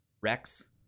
Rex